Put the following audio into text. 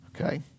Okay